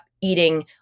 eating